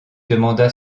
demanda